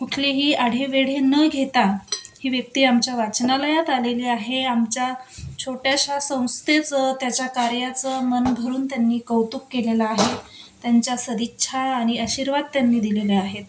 कुठलीही आढवेेढे न घेता ही व्यक्ती आमच्या वाचनालयात आलेली आहे आमच्या छोट्याश्या संस्थेचं त्याच्या कार्याचं मन भरून त्यांनी कौतुक केलेलं आहे त्यांच्या सदिच्छा आणि आशीर्वाद त्यांनी दिलेल्या आहेत